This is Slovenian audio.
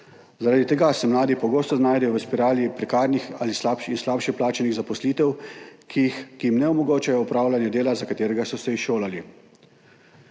Zaradi tega se mladi pogosto znajdejo v spirali prekarnih ali slabše plačanih zaposlitev, ki jim ne omogočajo opravljanja dela, za katerega so se izšolali.